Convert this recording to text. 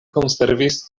konservis